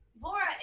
Laura